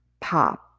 pop